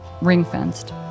ring-fenced